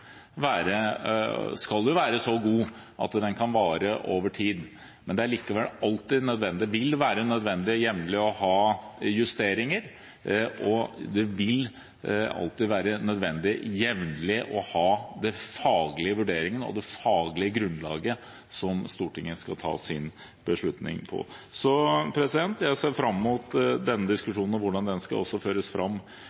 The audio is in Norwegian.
være så god at den kan vare over tid, men det vil likevel være nødvendig jevnlig å ha justeringer, og det vil alltid være nødvendig jevnlig å ha den faglige vurderingen og det faglige grunnlaget som Stortinget skal ta sin beslutning ut fra. Så jeg ser fram til denne